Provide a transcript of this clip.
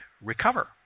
recover